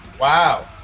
wow